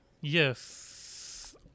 Yes